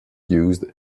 used